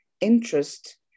interest